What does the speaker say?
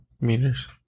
meters